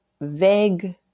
vague